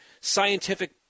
scientific